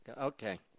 Okay